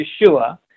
Yeshua